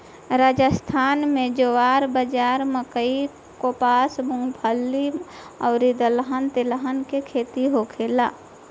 राजस्थान में ज्वार, बाजारा, मकई, कपास, मूंगफली अउरी दलहन तिलहन के खेती होखेला